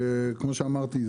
כמו שאמרתי,